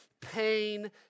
pain